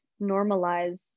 normalize